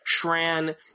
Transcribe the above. Shran